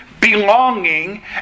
belonging